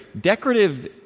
Decorative